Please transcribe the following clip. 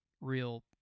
real